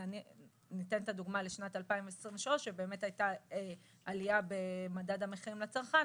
ניתן את הדוגמה לשנת 2023 שבאמת הייתה עלייה במדד המחירים לצרכן,